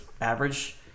average